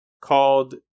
called